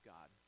God